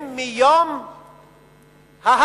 הם מיום ההפקעה,